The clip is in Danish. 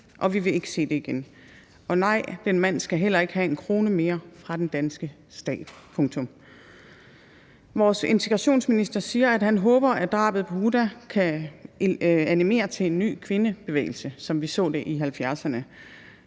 og vi vil ikke se det igen. Og nej, den mand skal heller ikke have en krone mere fra den danske stat, punktum. Vores integrationsminister siger, at han håber, at drabet på Huda kan animere til en ny kvindebevægelse, som vi så det i 1970'erne.